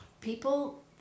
people